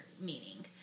meaning